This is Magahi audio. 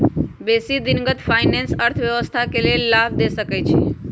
बेशी दिनगत फाइनेंस अर्थव्यवस्था के लेल लाभ देइ छै